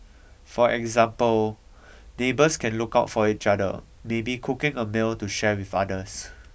for example neighbours can look out for each other maybe cooking a meal to share with others